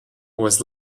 was